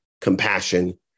compassion